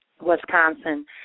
Wisconsin